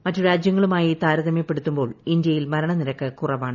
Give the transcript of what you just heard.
മറ്റ് രാജ്യങ്ങളുമായി താരതമ്യപ്പെടുത്തു മ്പോൾ ഇന്ത്യയിൽ മരണനിരക്ക് കുറവാണ്